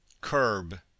CURB